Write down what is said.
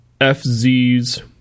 FZ's